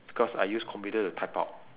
because I use computer to type out